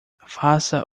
faça